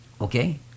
okay